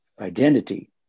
identity